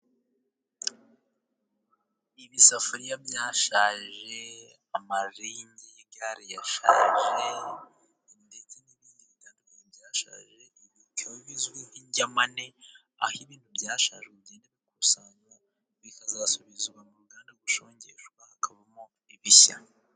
Ibisafuriya byashaje， amaringi y’igare yashaje, ndetse n'ibindi bitaro byashaje，ibi bikaba bizwi nk'injyamane， aho ibintu byashaje bigenda gukusanywa，bikazasubizwa mu ruganda， bushongeshwa hakavamo ibishya.